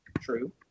true